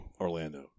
Orlando